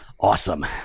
Awesome